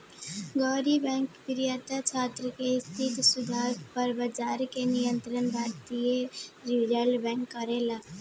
गैर बैंकिंग वित्तीय संस्था से ऋण सुविधा पर ब्याज के नियंत्रण भारती य रिजर्व बैंक करे ला का?